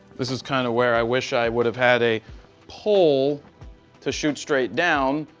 this is kind of where i wish i would have had a pole to shoot straight down,